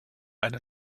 eine